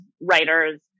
writers